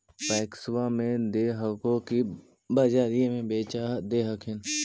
पैक्सबा मे दे हको की बजरिये मे बेच दे हखिन?